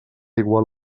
igual